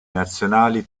nazionali